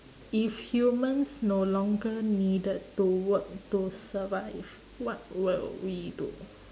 if humans no longer needed to work to survive what will we do